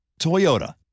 Toyota